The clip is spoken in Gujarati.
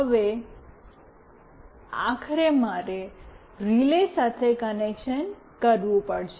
હવે આખરે મારે રિલે સાથે કનેક્શન કરવું પડશે